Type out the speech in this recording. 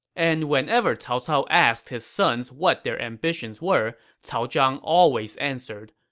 and whenever cao cao asked his sons what their ambitions were, cao zhang always answered,